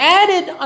added